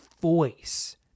voice